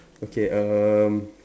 okay um